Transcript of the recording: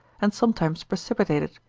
and sometimes precipitated,